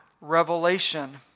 revelation